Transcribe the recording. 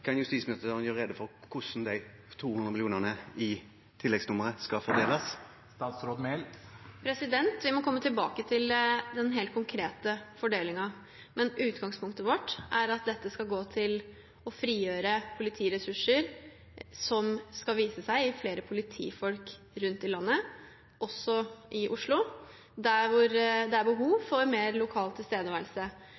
Kan justis- og beredskapsministeren gjøre rede for hvordan disse 200 mill. kr i tilleggsnummeret skal fordeles? Vi må komme tilbake til den helt konkrete fordelingen, men utgangspunktet vårt er at dette skal gå til å frigjøre politiressurser, noe som skal vise seg i form av flere politifolk rundt omkring i landet, også i Oslo, der hvor det er behov